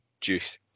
juice